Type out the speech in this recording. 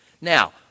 Now